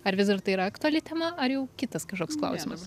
ar vis dar tai yra aktuali tema ar jau kitas kažkoks klausimas